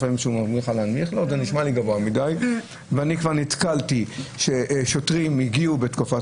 ואני כבר נתקלתי בשוטרים שהגיעו בתקופת